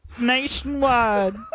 nationwide